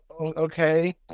okay